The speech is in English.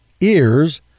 ears